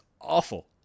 awful